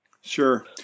Sure